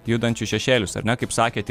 judančius šešėlius ar ne kaip sakėte